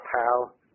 pal